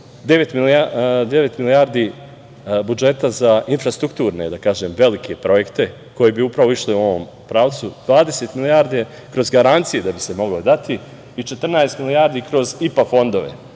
milijardi budžeta za infrastrukturne velike projekte koji bi upravo išli u ovom pravcu, 20 milijardi kroz garancije da bi se moglo dati i 14 milijardi kroz IPA fondove.